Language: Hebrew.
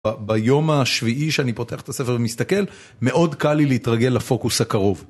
ביום השביעי שאני פותח את הספר ומסתכל, מאוד קל לי להתרגל לפוקוס הקרוב.